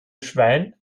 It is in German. schwein